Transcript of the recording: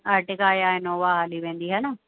Ertiga या Innova हली वेंदी हा न